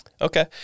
Okay